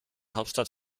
hauptstadt